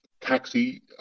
taxi